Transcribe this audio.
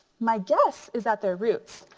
my guess is that they're roots.